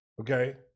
okay